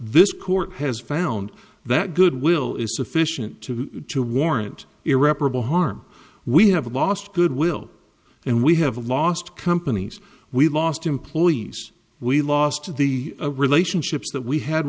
this court has found that goodwill is sufficient to warrant irreparable harm we have lost goodwill and we have lost companies we lost employees we lost the relationships that we had